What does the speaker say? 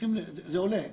זה עולה.